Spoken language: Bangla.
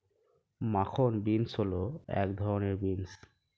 মাখন বিন্স হল এক ধরনের বিন্স